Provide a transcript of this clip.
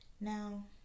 now